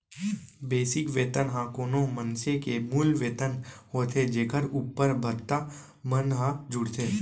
basic वेतन ह कोनो मनसे के मूल वेतन होथे जेखर उप्पर भत्ता मन ह जुड़थे